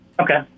Okay